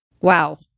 Wow